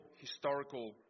historical